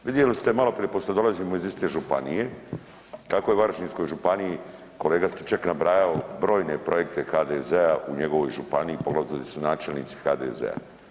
Vidjeli ste maloprije pošto dolazimo iz iste županije kako je u Varaždinskoj županiji kolega Stričak nabrajao brojne projekte HDZ-a u njegovoj županiji pogotovo di su načelnici HDZ-a.